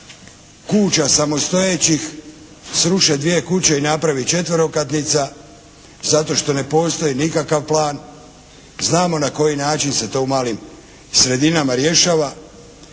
kuća samostojećih sruše dvije kuće i napravi četverokatnica zato što ne postoji nikakav plan, znamo na koji način se to u malim sredinama rješava